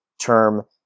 term